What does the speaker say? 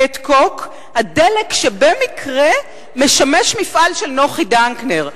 "פטקוק" הדלק שבמקרה משמש מפעל של נוחי דנקנר.